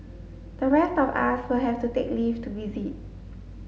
the rest of us will have to take leave to visit